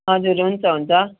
हजुर हुन्छ हुन्छ